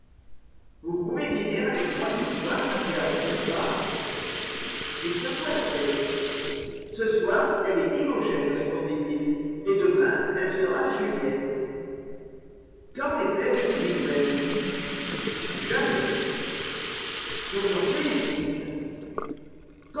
vous pouvez dîner avec moi ce soir dorian n'est-ce pas il secoua la tête ce soir elle est imogène répondit-il et demain elle sera juliette quand est-elle sibyl vane jamais je vous en félicite